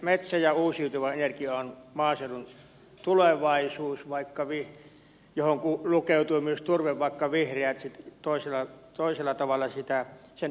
metsä ja uusiutuva energia on maaseudun tulevaisuus johon lukeutuu myös turve vaikka vihreät toisella tavalla sen ymmärtävätkin